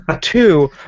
Two